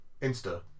Insta